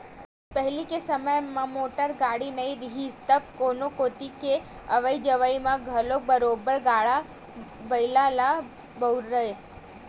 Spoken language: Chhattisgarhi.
पहिली के समे म मोटर गाड़ी नइ रिहिस तब कोनो कोती के अवई जवई म घलो बरोबर गाड़ा बइला ल बउरय